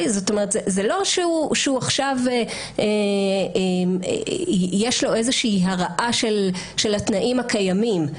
זה לא שעכשיו יש לו איזושהי הרעה של התנאים הקיימים.